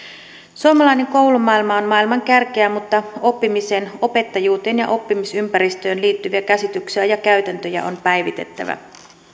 suomalainen koulumaailma on maailman kärkeä mutta oppimiseen opettajuuteen ja oppimisympäristöön liittyviä käsityksiä ja käytäntöjä on päivitettävä